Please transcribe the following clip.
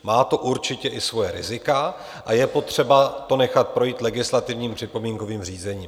Má to určitě i svoje rizika a je potřeba to nechat legislativním připomínkovým řízením.